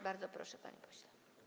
Bardzo proszę, panie pośle.